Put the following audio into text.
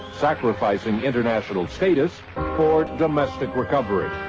sacrificing international status for domestic recovery.